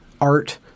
Art